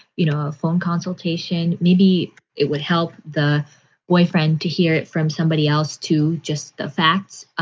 you know, a phone consultation, maybe it would help the boyfriend to hear it from somebody else, too. just the facts.